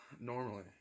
normally